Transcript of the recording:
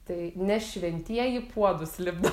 tai ne šventieji puodus lipdo